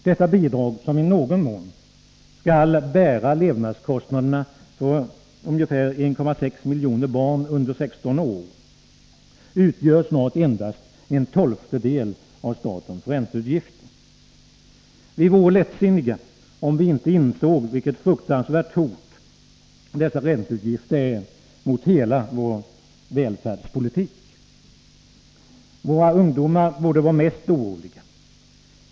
Detta bidrag, som i någon mån skall bära levnadskostnaderna för våra ungefär 1,6 miljoner barn under 16 år, utgör snart endast en tolftedel av statens ränteutgifter. Vi vore lättsinniga om vi inte insåg vilket fruktansvärt hot dessa ränteutgifter är mot hela vår välfärdspolitik. Våra ungdomar borde vara mest oroliga.